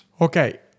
Okay